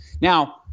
Now